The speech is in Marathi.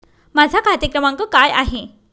माझा खाते क्रमांक काय आहे?